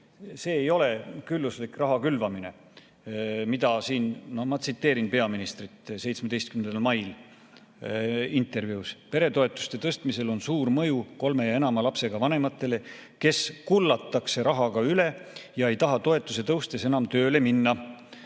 see ei ole külluslik raha külvamine. Ma tsiteerin peaministri 17. mai intervjuud: peretoetuste tõstmisel on suur mõju kolme ja enama lapsega vanematele, kes kullatakse rahaga üle ja ei taha toetuse tõustes enam tööle minna,